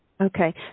Okay